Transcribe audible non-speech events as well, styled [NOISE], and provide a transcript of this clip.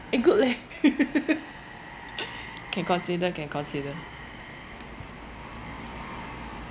eh good leh [LAUGHS] can consider can consider